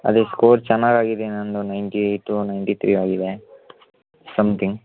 ಅದು ಸ್ಕೋರ್ ಚೆನ್ನಾಗಾಗಿದೆ ನನ್ನದು ನೈಂಟಿ ಏಯ್ಟು ನೈಂಟಿ ತ್ರೀ ಆಗಿದೆ ಸಮ್ತಿಂಗ್